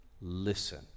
Listen